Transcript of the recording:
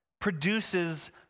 produces